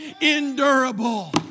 endurable